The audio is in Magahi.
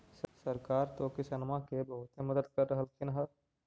सरकार तो किसानमा के बहुते मदद कर रहल्खिन ह?